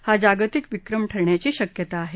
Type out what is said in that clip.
हा जागतिक विक्रम ठरण्याची शक्यता आहे